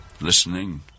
listening